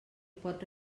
pot